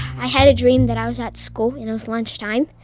i had a dream that i was at school, and it was lunchtime.